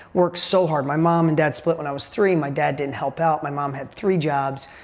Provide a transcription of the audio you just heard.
worked so hard. my mom and dad split when i was three. my dad didn't help out. my mom had three jobs.